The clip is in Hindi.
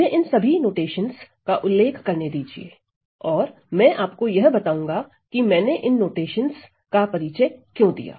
मुझे इन सभी नोटेशंस का उल्लेख करने दीजिए और मैं आपको यह बताऊंगा कि मैंने इन नोटेशंस का परिचय क्यों दिया